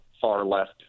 far-left